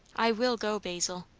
i will go, basil.